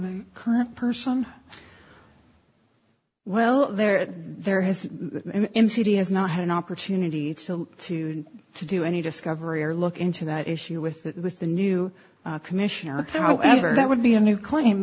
the current person well there there has ensued he has not had an opportunity to to do any discovery or look into that issue with with the new commissioner however that would be a new claim